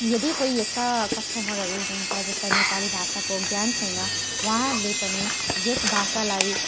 यदि कोही यस्ता कस्टमरहरू हुनुहुन्छ जसलाई नेपाली भाषाको ज्ञान छैन उहाँहरूले पनि यस भाषालाई